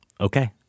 Okay